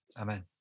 amen